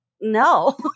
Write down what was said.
No